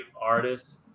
artists